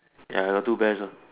ya I got two bears ah